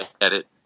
edit